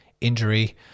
injury